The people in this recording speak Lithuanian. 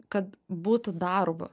kad būtų darbo